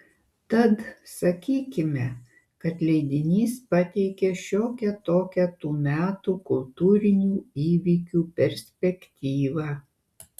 tad sakykime kad leidinys pateikė šiokią tokią tų metų kultūrinių įvykių perspektyvą